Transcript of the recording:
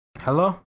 Hello